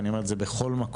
ואני אומר את זה בכל מקום,